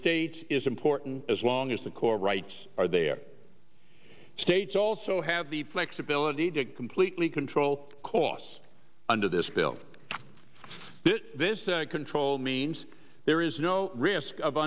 states is important as long as the core rights are there states also have the flexibility to completely control costs under this bill if this control means there is no risk of